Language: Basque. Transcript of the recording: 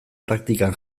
praktikan